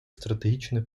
стратегічне